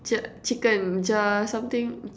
ch~ chicken Jinjja something